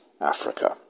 Africa